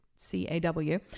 C-A-W